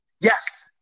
Yes